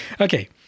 okay